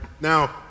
Now